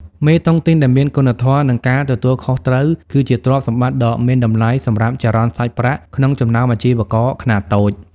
មេតុងទីនដែលមានគុណធម៌ និងការទទួលខុសត្រូវ គឺជាទ្រព្យសម្បត្តិដ៏មានតម្លៃសម្រាប់ចរន្តសាច់ប្រាក់ក្នុងចំណោមអាជីវករខ្នាតតូច។